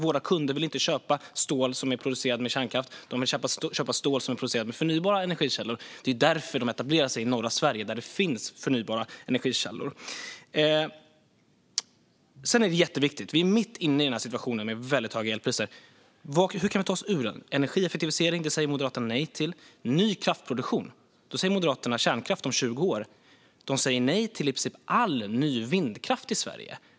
Deras kunder vill inte köpa stål som är producerat med kärnkraft, utan de vill köpa stål som är producerat med förnybara energikällor. Det är därför H2GS etablerar sig i norra Sverige, där det finns förnybara energikällor. Vi är mitt inne i en situation med väldigt höga elpriser. Hur kan vi ta oss ur den? Energieffektivisering säger Moderaterna nej till. När man pratar om ny kraftproduktion säger Moderaterna "kärnkraft om 20 år". De säger nej till i princip all ny vindkraft i Sverige.